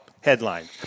headline